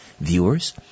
viewers